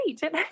great